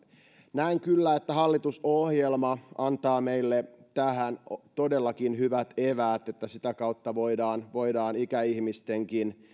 näen kyllä että hallitusohjelma antaa meille tähän todellakin hyvät eväät ja että sitä kautta voidaan voidaan ikäihmisten